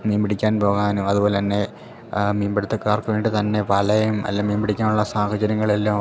മീൻ പിടിക്കാൻ പോകാനും അതുപോലെ തന്നെ മീൻ പിടുത്തക്കാർക്ക് വേണ്ടി തന്നെ വലയും അല്ലെ മീൻ പിടിക്കാനുള്ള സാഹചര്യങ്ങൾ എല്ലാം